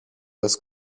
less